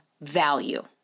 value